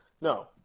no